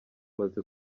maze